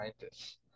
scientists